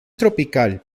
tropical